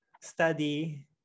study